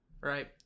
Right